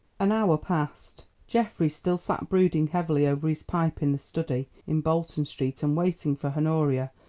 an hour passed. geoffrey still sat brooding heavily over his pipe in the study in bolton street and waiting for honoria,